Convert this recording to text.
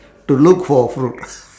to look for a fruit